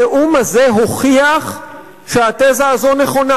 הנאום הזה הוכיח שהתזה הזאת הנכונה